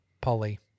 Polly